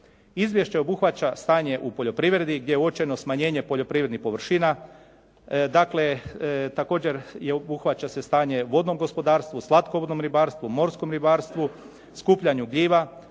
Izvješće obuhvaća stanje u poljoprivredi gdje je uočeno smanjenje poljoprivrednih površina, dakle također obuhvaća se stanje vodnom gospodarstvu, slatkovodnom ribarstvu, morskom ribarstvu, skupljanju gljiva,